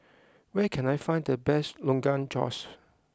where can I find the best Rogan Josh